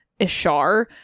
Ishar